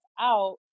out